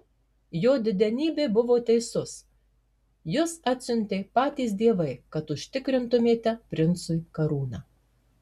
jo didenybė buvo teisus jus atsiuntė patys dievai kad užtikrintumėte princui karūną